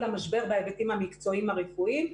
המשבר בהיבטים המקצועיים הרפואיים,